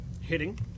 Hitting